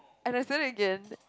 and I said it again